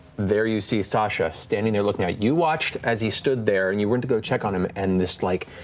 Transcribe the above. there you see sasha, standing there looking at, you watched as he stood there, and you went to go check on him, and this like,